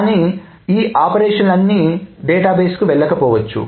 కానీ ఈ ఆపరేషన్లన్నీ డేటాబేస్ కు వెళ్ళకపోవచ్చు